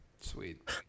Sweet